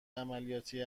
عملیاتی